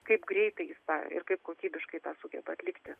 kaip greitai jis tą ir kaip kokybiškai tą sugeba atlikti